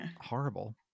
Horrible